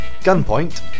Gunpoint